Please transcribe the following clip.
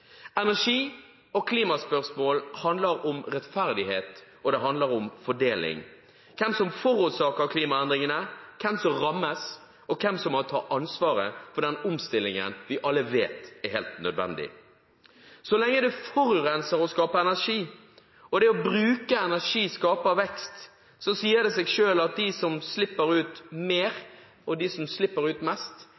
Energi- og klimaspørsmål handler om rettferdighet, og det handler om fordeling: Hvem som forårsaker klimaendringene, hvem som rammes, og hvem som må ta ansvaret for den omstillingen vi alle vet er helt nødvendig. Så lenge det forurenser å skape energi og det å bruke energi skaper vekst, sier det seg selv at de som slipper ut mer,